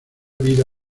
vida